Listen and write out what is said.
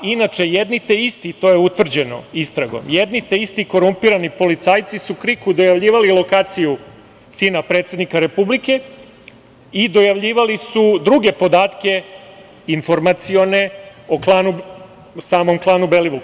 Inače, jedni te isti, i to je utvrđeno istragom, jedni te isti korumpirani policajci su KRIK-u dojavljivali lokaciju sina predsednika Republike i dojavljivali su druge podatke informacione o samom klanu Belivuk.